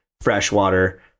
freshwater